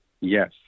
yes